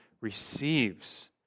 receives